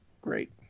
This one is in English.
great